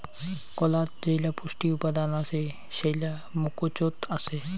কলাত যেইলা পুষ্টি উপাদান আছে সেইলা মুকোচত আছে